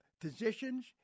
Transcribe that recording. physicians